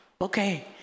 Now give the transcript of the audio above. Okay